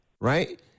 right